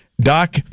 Doc